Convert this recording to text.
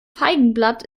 feigenblatt